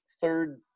third